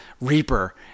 reaper